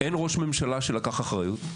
אין ראש ממשלה שלקח אחריות,